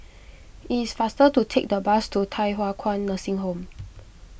it is faster to take the bus to Thye Hua Kwan Nursing Home